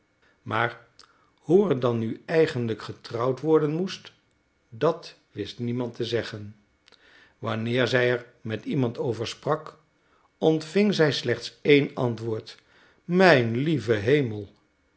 maar hoe er dan nu eigenlijk getrouwd worden moest dat wist niemand te zeggen wanneer zij er met iemand over sprak ontving zij slechts één antwoord mijn lieve hemel